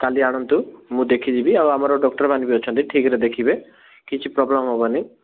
କାଲି ଆଣନ୍ତୁ ମୁଁ ଦେଖି ଦେବି ଆଉ ଆମର ଡକ୍ଟର୍ ମାନେ ବି ଅଛନ୍ତି ଠିକ୍ରେ ଦେଖିବେ କିଛି ପ୍ରୋବ୍ଲେମ୍ ହେବନି